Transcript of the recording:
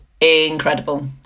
incredible